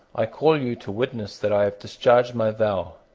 i call you to witness that i have discharged my vow.